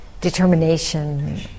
determination